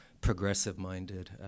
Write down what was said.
progressive-minded